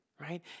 right